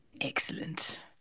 Excellent